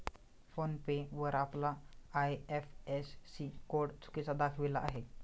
phone पे वर आपला IFSC code चुकीचा दाखविला आहे